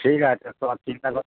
ঠিক আছে তো চিন্তা করতে